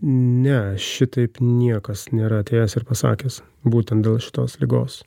ne šitaip niekas nėra atėjęs ir pasakęs būtent dėl šitos ligos